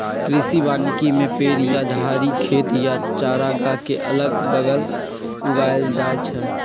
कृषि वानिकी में पेड़ या झाड़ी खेत या चारागाह के अगल बगल उगाएल जाई छई